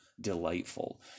delightful